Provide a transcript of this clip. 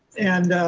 and